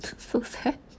food fair